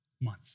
month